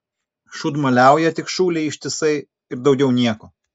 šūdmaliauja tik šūlėj ištisai ir daugiau nieko